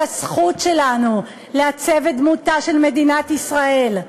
הזכות שלנו לעצב את דמותה של מדינת ישראל.